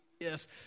Yes